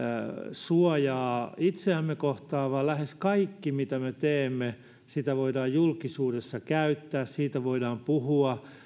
suojaa itseämme kohtaan vaan lähes kaikkea mitä me teemme voidaan julkisuudessa käyttää siitä voidaan puhua